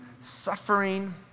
suffering